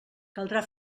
caldrà